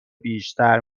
بیشتر